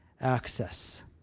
access